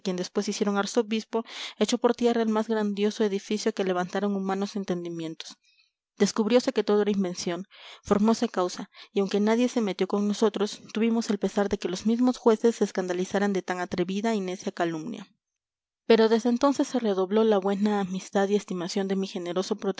arzobispo echó por tierra el más grandioso edificio que levantaran humanos entendimientos descubriose que todo era invención formose causa y aunque nadie se metió con nosotros tuvimos el pesar de que los mismos jueces se escandalizaran de tan atrevida y necia calumnia pero desde entonces se redobló la buena amistad y estimación de mi generoso